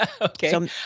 Okay